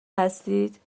هستید